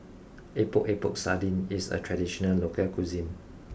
Epok Epok Sardin is a traditional local cuisine